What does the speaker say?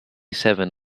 seven